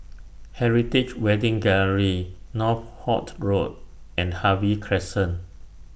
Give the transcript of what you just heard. Heritage Wedding Gallery Northolt Road and Harvey Crescent